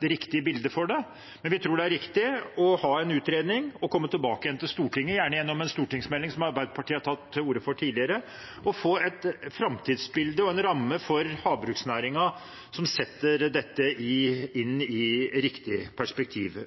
det riktige bildet for dette. Vi tror det er riktig å ha en utredning og komme tilbake igjen til Stortinget – gjerne gjennom en stortingsmelding, som Arbeiderpartiet har tatt til orde for tidligere – og få et framtidsbilde og en ramme for havbruksnæringen som setter dette inn i riktig perspektiv.